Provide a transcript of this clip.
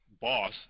boss